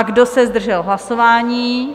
Kdo se zdržel hlasování?